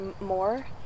more